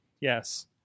Yes